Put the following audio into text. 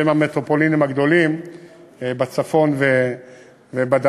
שהן המטרופולינים הגדולות בצפון ובדרום.